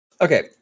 Okay